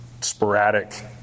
sporadic